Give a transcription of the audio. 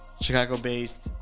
Chicago-based